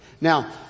Now